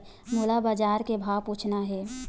मोला बजार के भाव पूछना हे?